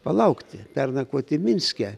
palaukti pernakvoti minske